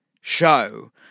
show